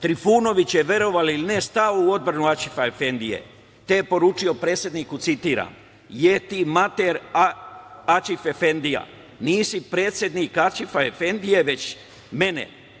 Trifunović je, verovali ili ne, stao u odbranu Aćifa-efendije, te je poručio predsedniku, citiram: „Je.. ti mater Aćif-efendija, nisi predsednik Aćifa-efendije, već mene.